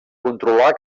controlar